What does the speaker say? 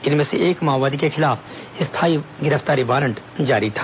इनमें से एक माओवादी के खिलाफ स्थायी गिरफ्तारी वारंट जारी था